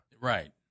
Right